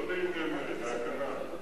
לא לענייני, להגנה.